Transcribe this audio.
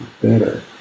better